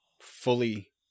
fully